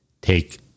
take